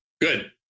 good